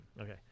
Okay